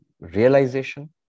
realization